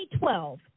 2012